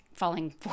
falling